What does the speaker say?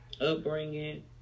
upbringing